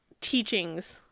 teachings